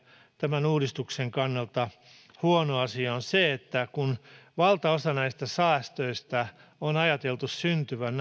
tämän uudistuksen kannalta erittäin huono asia on se että kun valtaosan näistä säästöistä on ajateltu syntyvän